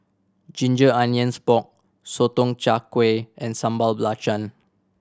ginger onions pork Sotong Char Kway and Sambal Belacan